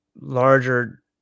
larger